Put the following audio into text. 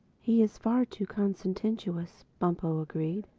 he's far too consententious bumpo agreed.